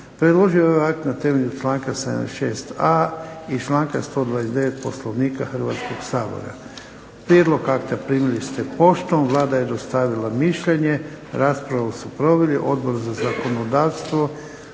predložio je ovaj akt na temelju članka 76.a i članka 129. Poslovnika Hrvatskoga sabora. Prijedlog akta primili ste poštom. Vlada je dostavila mišljenje. Raspravu su proveli Odbor za zakonodavstvo